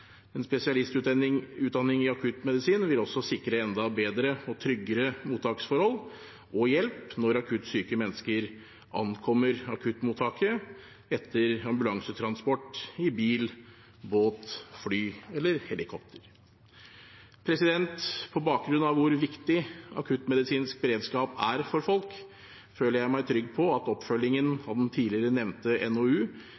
En spesialistutdanning i akuttmedisin vil også sikre enda bedre og tryggere mottaksforhold og hjelp når akutt syke mennesker ankommer akuttmottaket etter ambulansetransport i bil, båt, fly eller helikopter. På bakgrunn av hvor viktig akuttmedisinsk beredskap er for folk, føler jeg meg trygg på at